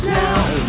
now